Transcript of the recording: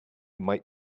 might